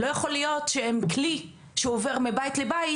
לא יכול להיות שהן כלי שעובר מבית לבית.